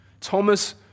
Thomas